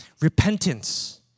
repentance